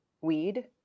weed